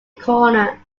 corner